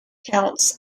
counts